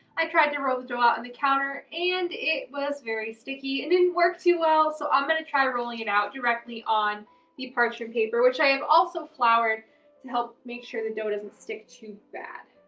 i tried to roll the dough out on and the counter and it was very sticky and didn't work too well. so i'm going to try rolling it out directly on the parchment paper, which i have also floured to help make sure the dough doesn't stick too bad.